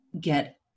get